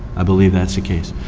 i believe that's the case.